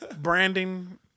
Branding